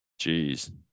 Jeez